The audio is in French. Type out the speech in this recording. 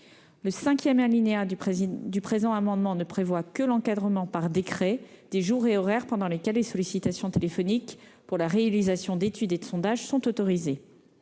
Le V du présent amendement ne prévoit que l'encadrement, par décret, des jours et horaires pendant lesquels les sollicitations téléphoniques pour la réalisation d'études et de sondages sont autorisées.